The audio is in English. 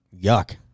Yuck